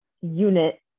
unit